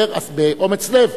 אומר באומץ לב,